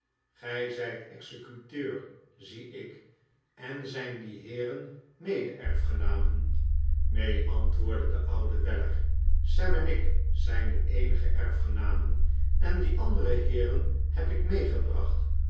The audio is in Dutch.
gij zijt executeur zie ik en zijn die heeren mede erfgenamen neen antwoordde de oude weller sam en ik zijn de eenige erfgenamen en die andere heeren heb ik meegebracht